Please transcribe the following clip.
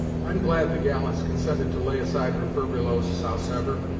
i'm glad the gal has consented to lay aside her furbelows, howsever,